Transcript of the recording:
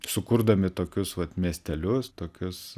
sukurdami tokius vat miestelius tokius